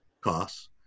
costs